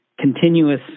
continuous